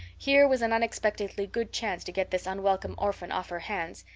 here was an unexpectedly good chance to get this unwelcome orphan off her hands,